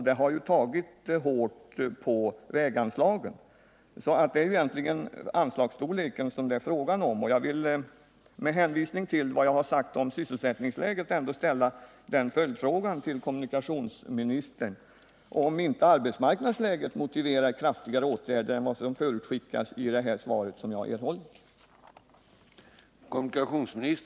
Det har tagit hårt på väganslagen. Med hänvisning till vad jag har sagt om sysselsättningsläget vill jag ställa en följdfråga till kommunikationsministern:-Motiverar inte arbetsmarknadsläget kraftigare åtgärder än vad som förutskickas i det svar jag har erhållit?